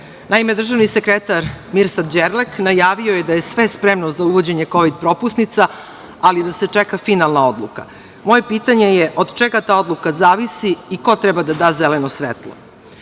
državni sekretar Mirsad Đerlek najavio je da je sve spremno za uvođenje kovid propusnica, ali da se čeka finalna odluka. Moje pitanje je od čega ta odluka zavisi i ko treba da da zeleno svetlo? Oni